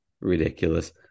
Ridiculous